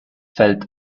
felt